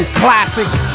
classics